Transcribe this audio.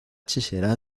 será